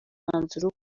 umwanzuro